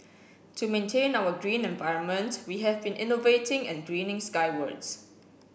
to maintain our green environment we have been innovating and greening skywards